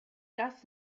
das